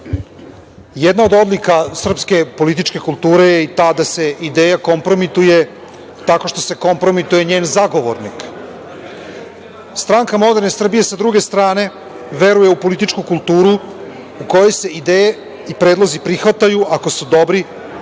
od odlika srpske političke kulture je i ta da se ideja kompromituje tako što se kompromituje njen zagovornik. Stranka moderne Srbije, sa druge strane, veruje u političku kulturu u kojoj se ideje i predlozi prihvataju ako su dobri,